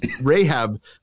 Rahab